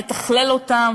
לתכלל אותם.